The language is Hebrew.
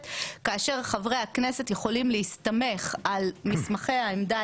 כאשר חברי הכנסת יכולים להסתמך על מסמכי העמדה,